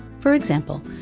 for example,